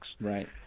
Right